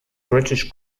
british